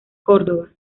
córdoba